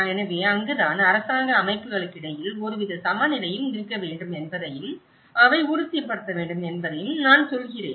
எனவே அங்குதான் அரசாங்க அமைப்புகளுக்கிடையில் ஒருவித சமநிலையும் இருக்க வேண்டும் என்பதையும் அவை உறுதிப்படுத்த வேண்டும் என்பதையும் நான் சொல்கிறேன்